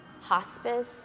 hospice